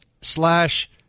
slash